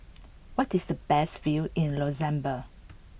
what is the best view in Luxembourg